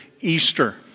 Easter